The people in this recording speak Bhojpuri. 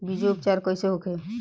बीजो उपचार कईसे होखे?